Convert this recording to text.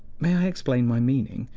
may i explain my meaning?